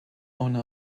owner